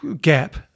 gap